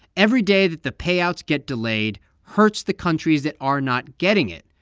every day that the payouts get delayed hurts the countries that are not getting it.